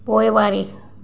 पोइवारी